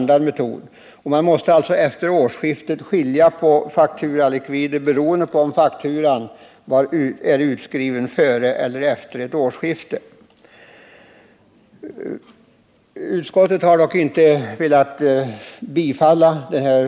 De måste efter årsskiftet tillämpa olika metoder beroende på om fakturan är utskriven före eller efter årsskiftet. Det blir ett blandsystem som kan ge upphov till redovisningssvårigheter och felaktigheter.